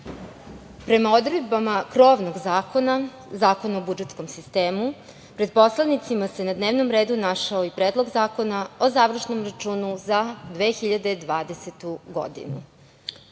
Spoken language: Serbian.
prema odredbama krovnog zakona Zakona o budžetskom sistemu pred poslanicima se na dnevnom redu našao i Predlog zakona o Završnom računu za 2020. godinu.